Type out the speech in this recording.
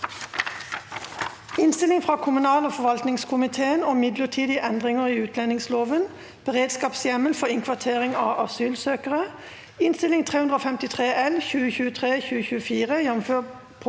Innstilling fra kommunal- og forvaltningskomiteen om Midlertidige endringer i utlendingsloven (bered- skapshjemmel for innkvartering av asylsøkere) (Innst. 353 L (2023–2024),